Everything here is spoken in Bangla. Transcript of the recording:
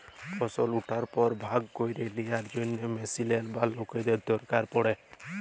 ফসল উঠার পর ভাগ ক্যইরে লিয়ার জ্যনহে মেশিলের বা লকদের দরকার পড়ে